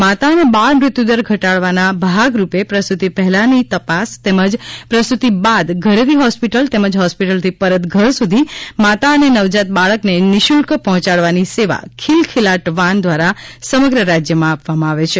માતા અને બાળ મૃત્યુ દર ઘટાડવાના ભાગરૂપે પ્રસૂતિ પહેલાની તપાસ તેમજ પ્રસૂતિ બાદ ઘરેથી હોસ્પિટલ તેમજ હોસ્પિટલથી પરત ઘર સુધી માતા અને નવજાત બાળકને નિઃશુલ્ક પહોંચાડવાની સેવા ખિલખિલાટ વાન દ્વારા સમગ્ર રાજ્યમાં આપવામાં આવે છે